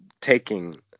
taking